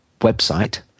website